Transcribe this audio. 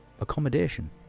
accommodation